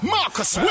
Marcus